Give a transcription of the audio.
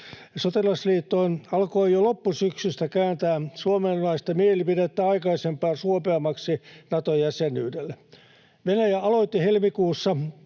sotilasliittoon, alkoivat jo loppusyksystä kääntää suomalaisten mielipidettä aikaisempaa suopeammaksi Nato-jäsenyydelle. Venäjä aloitti helmikuussa